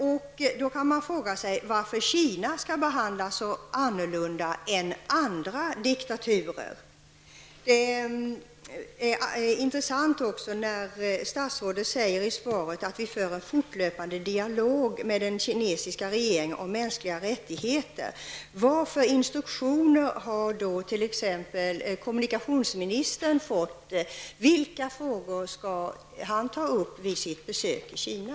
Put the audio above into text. Man kan då fråga sig varför Kina skall behandlas på ett annat sätt än andra diktaturer. Det är intressant att statsrådet i svaret säger att vi för en fortlöpande dialog med den kinesiska regeringen om mänskliga rättigheter. Vilka instruktioner har då t.ex. kommunikationsministern fått? Vilka frågor skall han ta upp vid sitt besök i Kina?